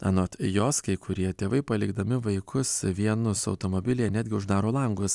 anot jos kai kurie tėvai palikdami vaikus vienus automobilyje netgi uždaro langus